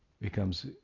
becomes